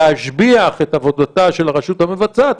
להשביח את עבודתה של הרשות המבצעת,